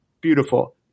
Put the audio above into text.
Beautiful